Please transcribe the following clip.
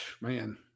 man